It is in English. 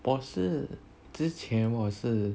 我是之前我是